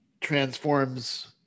transforms